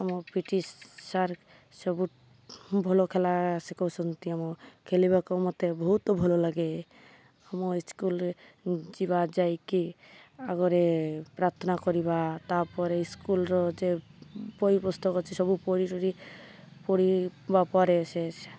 ଆମ P T sir ସବୁ ଭଲ ଖେଳାଉଛନ୍ତି ଆମ ଖେଳିବାକୁ ମୋତେ ବହୁତ ଭଲ ଲାଗେ ଆମ ସ୍କୁଲରେ ଯିବା ଯାଇକି ଆଗରେ ପ୍ରାର୍ଥନା କରିବା ତା'ପରେ ସ୍କୁଲର ଯେ ବହି ପୁସ୍ତକ ଅଛି ସବୁ ପଢ଼ିବା ପରେ ସେ